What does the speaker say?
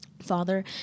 Father